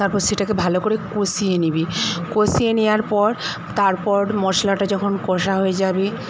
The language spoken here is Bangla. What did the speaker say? তারপর সেটাকে ভালো করে কষিয়ে নিবি কষিয়ে নেওয়ার পর তারপর মশলাটা যখন কষা হয়ে যাবে